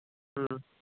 ਹਮ